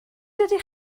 ydych